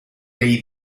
dei